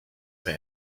for